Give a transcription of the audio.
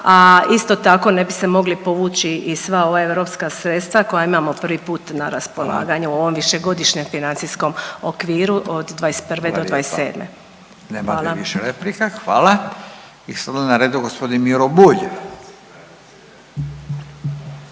a isto tako ne bi se mogli povući i sva ova europska sredstva koja imamo prvi put na raspolaganju u ovom višegodišnjem financijskom okviru od 21. …/Upadica: Hvala lijepa./… do '27. Hvala.